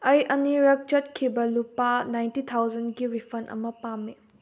ꯑꯩ ꯑꯅꯤꯔꯛ ꯆꯠꯈꯤꯕ ꯂꯨꯄꯥ ꯅꯥꯏꯟꯇꯤ ꯊꯥꯎꯖꯟꯒꯤ ꯔꯤꯐꯟ ꯑꯃ ꯄꯥꯝꯃꯤ